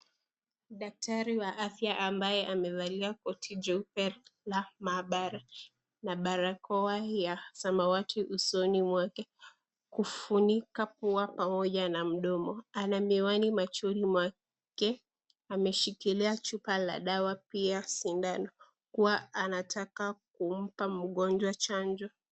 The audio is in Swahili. Daktari wa afya ambaye amevalia koti jeupe la maabara na barakoa ya samawati usoni mwake kufunika pua pamoja na mdomo ana miwani machoni mwake ameshikilia chupa la dawa pia sindano kuwa anataka kumpa mgonjwa chanjo.